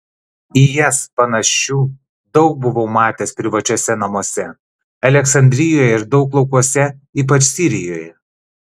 į jas panašių daug buvau matęs privačiuose namuose aleksandrijoje ir daug laukuose ypač sirijoje